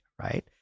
Right